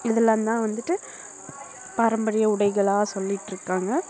இதலாந்தான் வந்துட்டு பாரம்பரிய உடைகளாக சொல்லிட்டுருக்காங்க